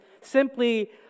simply